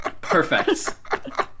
Perfect